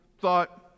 thought